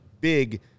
big